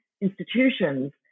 institutions